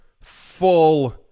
full